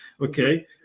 okay